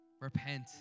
Repent